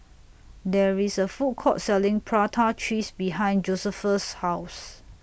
There IS A Food Court Selling Prata Cheese behind Josephus' House